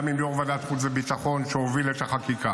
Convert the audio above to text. גם עם יו"ר ועדת חוץ וביטחון שהוביל את החקיקה.